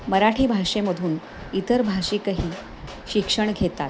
मराठी भाषेमधून इतर भाषिकही शिक्षण घेतात